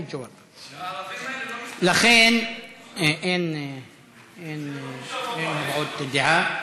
הערבים האלה לא מסתפקים, אין עוד דעה.